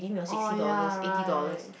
oh ya right